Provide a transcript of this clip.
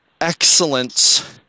excellence